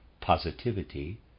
Positivity